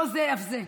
לא זה אף זה.